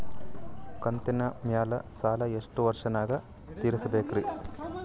ಕಂತಿನ ಮ್ಯಾಲ ಸಾಲಾ ಎಷ್ಟ ವರ್ಷ ನ್ಯಾಗ ತೀರಸ ಬೇಕ್ರಿ?